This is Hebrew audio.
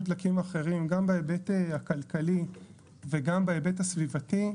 דלקים אחרים גם בהיבט הכלכלי וגם בהיבט הסביבתי,